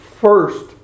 first